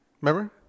Remember